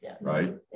right